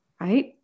right